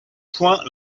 points